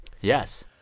Yes